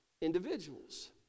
individuals